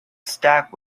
stack